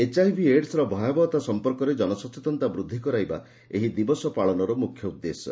HIV ଏଡ୍ସର ଭୟାବହତା ସଂପର୍କରେ ଜନସଚେତନ ବୃଦ୍ଧି କରାଇବା ଏହି ଦିବସ ପାଳନର ମୁଖ୍ୟ ଉଦ୍ଦେଶ୍ୟ